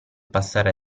passare